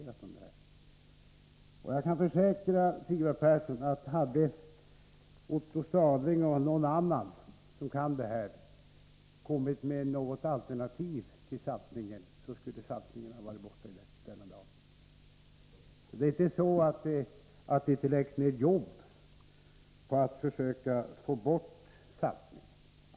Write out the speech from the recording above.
Jag kan emellertid försäkra Sigvard Persson, att hade Otto Stadling eller någon annan som kan det här, kommit med något alternativ till saltningen, skulle också saltningen vara borta den dag som i dag är. Det är inte så att det inte läggs ned arbete på att få bort saltningen.